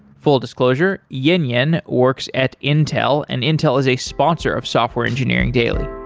full disclosure, yinyin works at intel and intel is a sponsor of software engineering daily